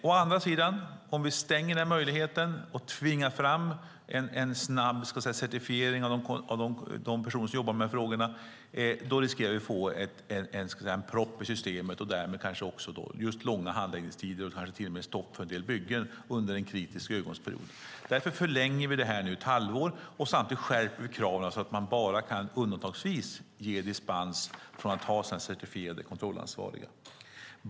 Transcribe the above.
Stänger vi den möjligheten och tvingar fram en snabb certifiering av de personer som jobbar med dessa frågor riskerar vi dock att få en propp i systemet och därmed kanske långa handläggningstider och stopp för en del byggen under en kritisk övergångsperiod. Därför förlänger vi det ett halvår samtidigt som vi skärper kraven så att man bara undantagsvis kan ge dispens från att ha certifierade kontrollansvariga.